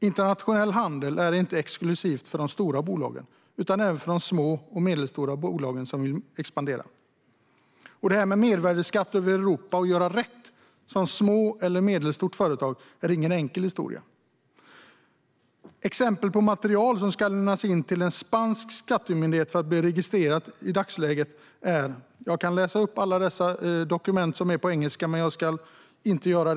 Internationell handel är inte exklusivt för de stora bolagen utan även för små och medelstora bolag som vill expandera. Det här med mervärdesskatt över Europa och att som ett litet eller medelstort företag göra rätt för sig är ingen enkel historia. Jag har här exempel på material som i dagsläget ska lämnas in till den spanska skattemyndigheten för att man ska bli registrerad. Jag skulle kunna läsa upp alla dessa dokument, som är på engelska, men det ska jag inte göra.